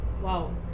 Wow